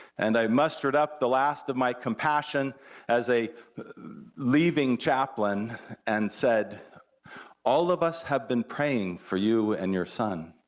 and i mustered up the last of my compassion as a leaving chaplain and said all of us have been praying for you and your son.